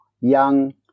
young